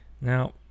Now